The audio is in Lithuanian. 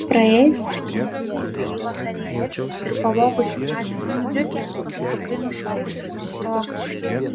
praėjusią vasarą sužlugdei vakarėlį ir pavogusi tąsiąją striukę pasprukai nušokusi nuo stogo